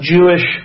Jewish